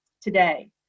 today